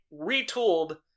retooled